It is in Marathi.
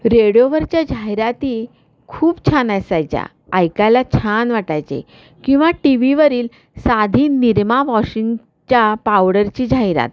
रेडिओवरच्या जाहिराती खूप छान असायच्या ऐकायला छान वाटायचे किंवा टी व्हीवरील साधी निरमा वॉशिंगच्या पावडरची जाहिरात